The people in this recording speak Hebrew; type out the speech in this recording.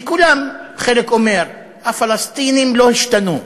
וכולם, חלק אומר: הפלסטינים לא השתנו.